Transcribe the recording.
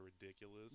ridiculous